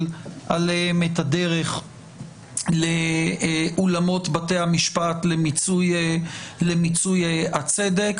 עליהם את הדרך לאולמות בתי המשפט למיצוי הצדק,